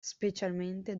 specialmente